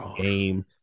game